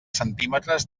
centímetres